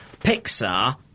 Pixar